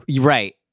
right